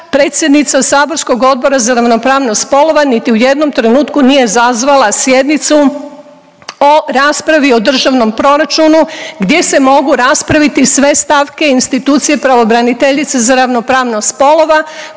predsjednica saborskog Odbora za ravnopravnost spolova niti u jednom trenutku nije zazvala sjednicu o raspravi o državnom proračunu, gdje se mogu raspraviti sve stavke i institucije pravobraniteljice za ravnopravnost spolova